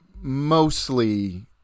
mostly